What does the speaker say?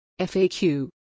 FAQ